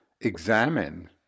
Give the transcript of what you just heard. examine